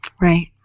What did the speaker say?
Right